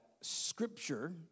Scripture